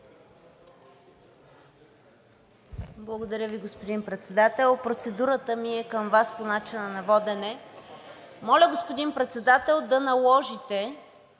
Благодаря Ви, господин Председател. Процедурата ми е към Вас по начина на водене. Господин Председател, моля да наложите